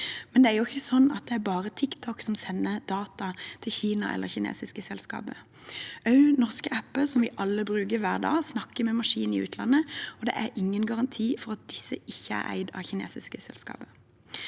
Men det er jo ikke sånn at det bare er TikTok som sender data til Kina eller kinesiske selskaper. Også norske apper som vi alle bruker hver dag, snakker med maskiner i utlandet, og det er ingen garanti for at disse ikke er eid av kinesiske selskaper.